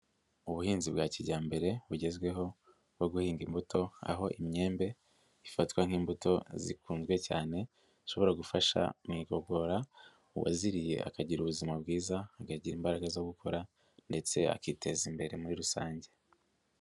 Ubuhinzi bwa kijyambere bugezweho no guhinga imbuto aho imyembe ifatwa nk'imbuto zikunzwe cyane zishobora gufasha mu igogora uwaziriye akagira ubuzima bwiza akagira imbaraga zo gukora ndetse akiteza imbere muri rusange.